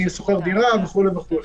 אני שוכר דירה וכולי וכולי.